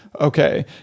Okay